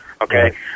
okay